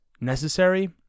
necessary